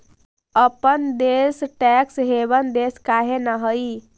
अपन देश tax haven देश काहे न हई?